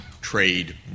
trade